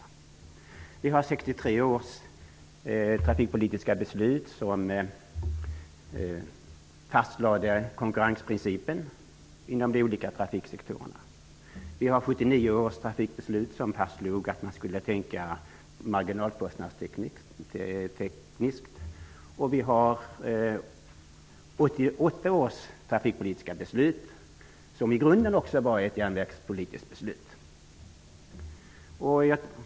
I 1963 års trafikpolitiska beslut fastlades konkurrensprincipen inom de olika trafiksektorerna. I 1979 års trafikpolitiska beslut fastslogs att man skulle tänka marginalkostnadstekniskt. 1988 års trafikpolitiska beslut var i grunden också ett järnvägspolitiskt beslut.